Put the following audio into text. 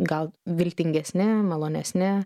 gal viltingesni malonesni